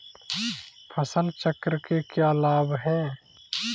फसल चक्र के क्या लाभ हैं?